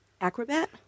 Acrobat